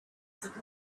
that